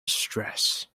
stress